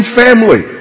family